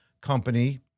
company